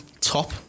top